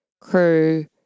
crew